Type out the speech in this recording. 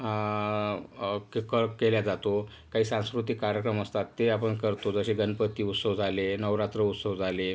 क केल्या जातो काही सांस्कृतिक कार्यक्रम असतात ते आपण करतो जसे गणपती उत्सव झाले नवरात्र उत्सव झाले